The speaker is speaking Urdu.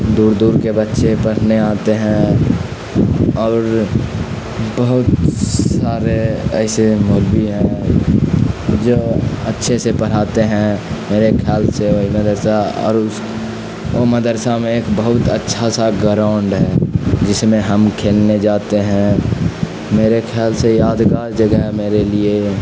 دور دور کے بچے پڑھنے آتے ہیں اور بہت سارے ایسے مولوی ہیں جو اچھے سے پڑھاتے ہیں میرے خیال سے وہی مدرسہ اور اس وہ مدرسہ میں ایک بہت اچھا سا گراؤنڈ ہے جس میں ہم کھیلنے جاتے ہیں میرے خیال سے یادگار جگہ ہے میرے لیے